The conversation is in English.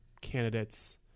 candidates